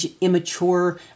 immature